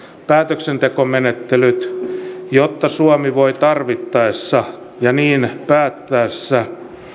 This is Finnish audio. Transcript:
päätöksentekomenettelyt jotta suomi voi tarvittaessa ja niin päättäessään